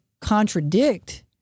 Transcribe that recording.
contradict